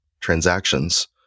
transactions